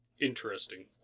Interesting